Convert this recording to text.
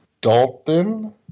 Dalton